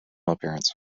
appearance